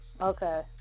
Okay